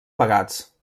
pagats